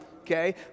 okay